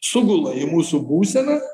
sugula į mūsų būseną